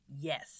Yes